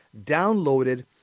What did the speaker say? downloaded